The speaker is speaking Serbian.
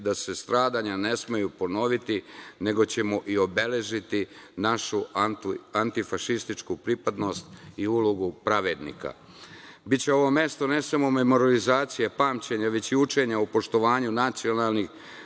da se stradanja ne smeju ponoviti, nego ćemo i obeležiti našu antifašističku pripadnost i ulogu pravednika. Biće ovo mesto ne samo memorijalizacije, pamćenja, već i učenja o poštovanju nacionalnih,